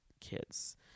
kids